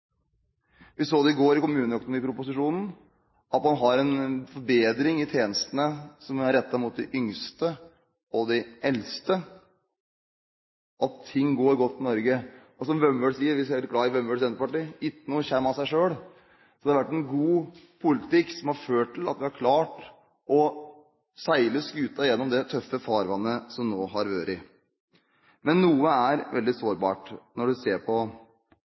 Vi så det i går i kommuneproposisjonen, at man har en forbedring i de tjenestene som er rettet mot de yngste og de eldste, og at ting går godt i Norge. Og som Vømmøl sier – vi er spesielt glad i Vømmøl i Senterpartiet: «Det e itjnå som kjem tå sæ sjøl.» Så det har vært en god politikk som har ført til at vi har klart å seile skuta gjennom det tøffe farvannet som nå har vært. Men noe er veldig sårbart når du ser på